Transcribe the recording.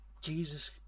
Jesus